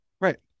Right